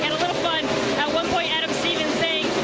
fun at one point adam stevens saying,